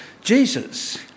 Jesus